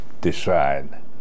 decide